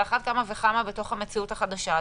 אחת כמה וכמה בתוך המציאות החדשה הזאת,